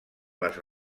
les